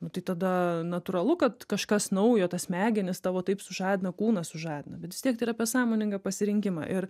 nu tai tada natūralu kad kažkas naujo tas smegenis tavo taip sužadina kūną sužadina bet vis tiek tai yra apie sąmoningą pasirinkimą ir